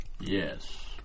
Yes